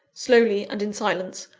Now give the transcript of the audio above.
slowly and in silence,